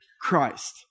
Christ